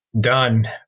done